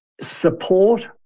support